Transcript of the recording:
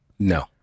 No